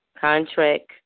contract